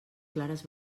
clares